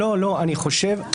אני חושב,